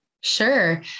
Sure